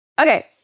Okay